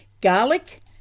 Garlic